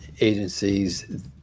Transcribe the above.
agencies